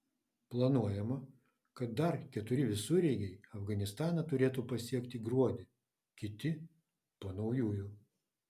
planuojama kad dar keturi visureigiai afganistaną turėtų pasiekti gruodį kiti po naujųjų